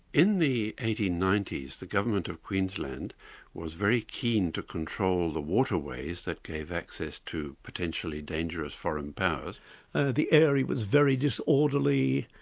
in the eighteen ninety s the government of queensland was very keen to control the waterways that gave access to potentially dangerous foreign powers. and ah the area was very disorderly,